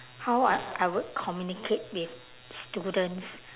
how I I would communicate with students